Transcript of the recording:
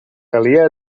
calia